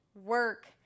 work